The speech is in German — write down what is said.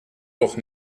doch